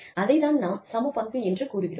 அதை தான் நாம் சம பங்கு என்று கூறினோம்